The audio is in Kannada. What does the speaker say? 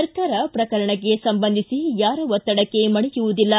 ಸರಕಾರ ಪ್ರಕರಣಕ್ಕೆ ಸಂಬಂಧಿಸಿ ಯಾರ ಒತ್ತಡಕ್ಕೆ ಮಣಿಯುವುದಿಲ್ಲ